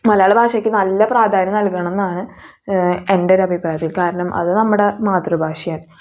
മലയാളഭാഷയ്ക്ക് നല്ല പ്രാധാന്യം നൽകണമെന്നാണ് എൻ്റൊരഭിപ്രായത്തിൽ കാരണം അത് നമ്മുടെ മാതൃഭാഷയാണ്